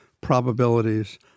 probabilities